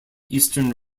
eastern